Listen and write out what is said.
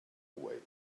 away